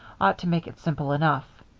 ought to make it simple enough.